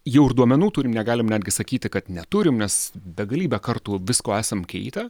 jau ir duomenų turim negalim netgi sakyti kad neturim nes begalybę kartų visko esam keitę